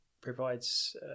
provides